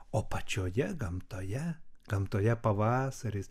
o pačioje gamtoje gamtoje pavasaris